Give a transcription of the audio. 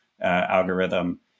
algorithm